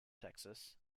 texas